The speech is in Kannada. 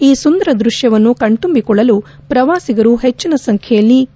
ಈ ಸುಂದರ ದೃಶ್ಯವನ್ನು ಕಣ್ತುಂಬಿಕೊಳ್ಳಲು ಪ್ರವಾಸಿಗರು ಹೆಚ್ಚಿನ ಸಂಖ್ಯೆಯಲ್ಲಿ ಕೆ